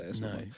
no